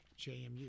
JMU